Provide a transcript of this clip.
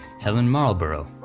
helen marlborough.